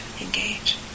engage